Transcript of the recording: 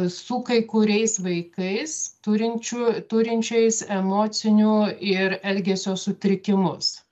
su kai kuriais vaikais turinčių turinčiais emocinių ir elgesio sutrikimus